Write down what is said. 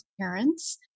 parents